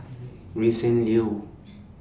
Vincent Leow